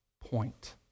point